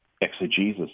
exegesis